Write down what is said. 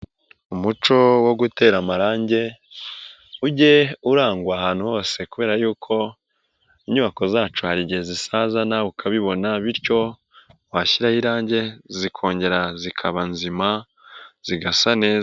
Umuco wo gutera amarangi ujye urangwa ahantu hose kubera yuko inyubako zacu hari igihe zisaza nawe ukabibona, bityo washyiraho irangi zikongera zikaba nzima zigasa neza.